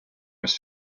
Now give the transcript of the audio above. was